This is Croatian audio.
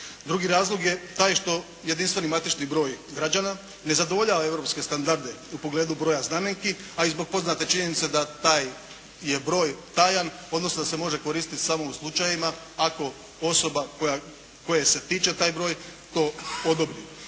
Drugi razlog je taj što jedinstveni matični broj građana ne zadovoljava europske standarde u pogledu broja znamenki, a i zbog poznate činjenice da taj je broj tajan, odnosno da se može koristiti samo u slučajevima ako osoba koje se tiče taj broj to odobri.